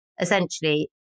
essentially